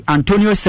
Antonio